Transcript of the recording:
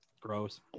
Gross